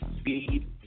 Speed